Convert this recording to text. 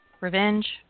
revenge